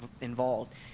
involved